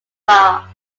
bar